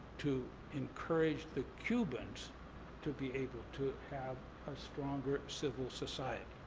to encourage the cubans to be able to have a stronger civil society.